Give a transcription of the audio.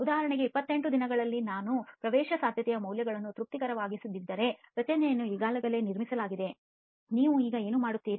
ಉದಾಹರಣೆಗೆ 28 ದಿನಗಳಲ್ಲಿ ನಾನು ಪ್ರವೇಶಸಾಧ್ಯತೆಯ ಮೌಲ್ಯಗಳನ್ನು ತೃಪ್ತಿಕರವಾಗಿಸದಿದ್ದರೆ ರಚನೆಯನ್ನು ಈಗಾಗಲೇ ನಿರ್ಮಿಸಲಾಗಿದೆ ನೀವು ಅದನ್ನು ಏನು ಮಾಡುತ್ತೀರಿ